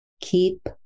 keep